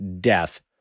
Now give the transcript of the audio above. death